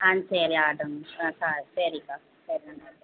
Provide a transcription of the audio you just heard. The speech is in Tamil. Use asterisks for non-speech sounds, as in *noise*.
ஆ சரி ஆகட்டும் ஆ சா சரிக்கா சரி *unintelligible*